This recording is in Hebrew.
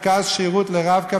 יהיה מרכז שירות ל"רב-קו",